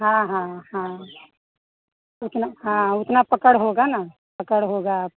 हाँ हाँ हाँ उतना हाँ उतना पकड़ होगी ना पकड़ होगी